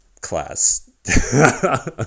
class